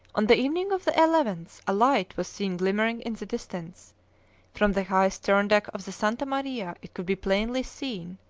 on the evening of the eleventh a light was seen glimmering in the distance from the high stern deck of the santa maria it could be plainly seen,